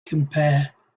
compare